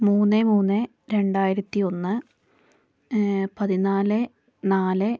മൂന്ന് മൂന്ന് രണ്ടായിരത്തി ഒന്ന് പതിനാല് നാല്